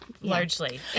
largely